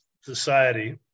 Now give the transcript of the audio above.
society